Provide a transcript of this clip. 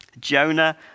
Jonah